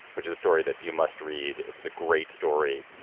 which is a story that you must read. it's a great story,